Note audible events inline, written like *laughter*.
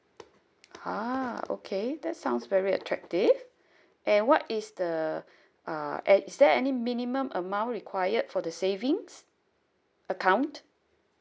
ha okay that sounds very attractive and what is the *breath* uh and is there any minimum amount required for the savings account